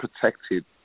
protected